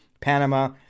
Panama